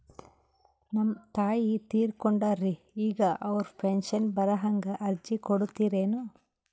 ನಮ್ ತಾಯಿ ತೀರಕೊಂಡಾರ್ರಿ ಈಗ ಅವ್ರ ಪೆಂಶನ್ ಬರಹಂಗ ಅರ್ಜಿ ಕೊಡತೀರೆನು?